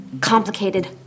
complicated